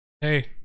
Hey